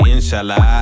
Inshallah